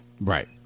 Right